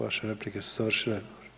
Vaše replike su završile.